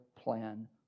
plan